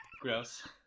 Gross